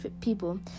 people